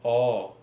orh